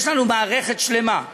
יש לנו מערכת שלמה,